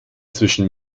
zwischen